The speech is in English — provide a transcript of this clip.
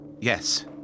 yes